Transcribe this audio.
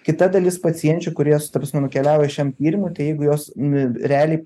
kita dalis pacienčių kurios ta prasme nukeliauja šiam tyrimui tai jeigu jos n realiai